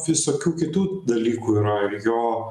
visokių kitų dalykų yra jo